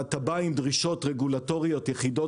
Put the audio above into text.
ואתה בא עם דרישות רגולטוריות יחידות